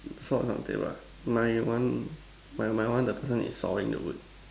saw not dead lah my one my my one the person is sawing the wood